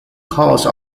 cause